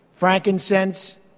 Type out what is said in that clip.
frankincense